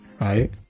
right